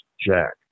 Jack